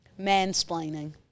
mansplaining